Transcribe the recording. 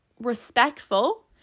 respectful